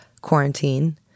quarantine